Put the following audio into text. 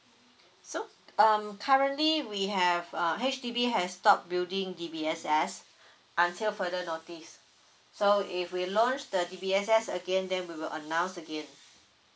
so um currently we have err H_D_B has stop building D_B_S_S until further notice so if we launch the D_B_S_S again then we will announce again